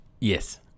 Yes